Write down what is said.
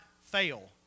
fail